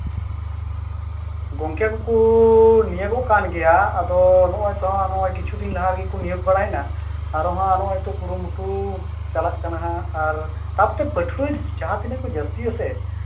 ᱜᱚᱝᱠᱮ ᱠᱚᱠᱚ ᱱᱤᱭᱳᱜᱚᱜ ᱠᱟᱱ ᱜᱮᱭᱟ ᱟᱫᱚ ᱱᱚᱜᱼᱚᱭ ᱛᱚ ᱦᱟᱸᱜ ᱠᱤᱪᱷᱩ ᱫᱤᱱ ᱞᱟᱦᱟ ᱨᱮᱜᱮ ᱠᱚ ᱱᱤᱭᱳᱜᱽ ᱵᱟᱲᱟᱭᱮᱱᱟ ᱟᱨᱚ ᱦᱟᱸᱜ ᱱᱚᱜᱼᱚᱭ ᱛᱚ ᱠᱩᱨᱩᱢᱩᱴᱩ ᱪᱟᱞᱟᱜ ᱠᱟᱱᱟ ᱦᱟᱸᱜ ᱟᱨ ᱛᱟᱯᱚᱛᱮ ᱯᱟᱹᱴᱷᱩᱣᱟᱹ ᱡᱟᱦᱟᱸᱛᱤᱱᱟᱹᱜ ᱠᱚ ᱡᱟᱹᱥᱛᱤᱜ ᱟᱥᱮ